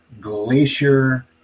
glacier